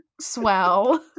swell